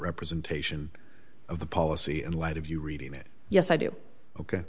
representation of the policy in light of you reading it yes i do ok